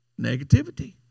Negativity